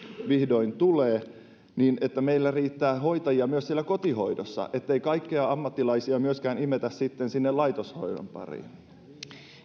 vihdoin tulee meillä riittää hoitajia myös siellä kotihoidossa ettei kaikkia ammattilaisia myöskään imetä sitten sinne laitoshoidon pariin